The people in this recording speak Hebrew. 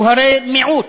הוא הרי מיעוט,